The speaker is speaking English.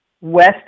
West